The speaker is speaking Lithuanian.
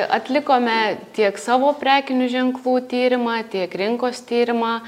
atlikome tiek savo prekinių ženklų tyrimą tiek rinkos tyrimą